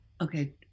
okay